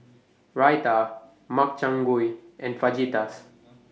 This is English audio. Raita Makchang Gui and Fajitas